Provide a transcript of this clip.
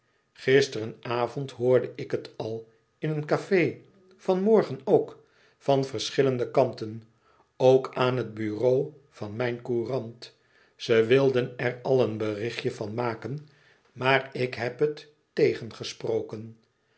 gisterenavond hoorde ik het al in een café vanmorgen ook van verschillende kanten ook aan het bureau van mijn courant ze wilden er al een berichtje van maken maar ik heb het